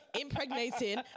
impregnating